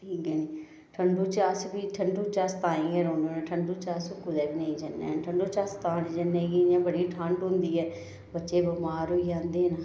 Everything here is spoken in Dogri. अग्गें ठंडू च अस ठंडू च अस ताईं बी रौह्न्ने ठंडू च अस कुदै बी नेईं जन्ने ठंडू च तां नेईं जन्ने कि इ'यां बड़ी ठंड होंदी ऐ बच्चे बमार होई जंदे न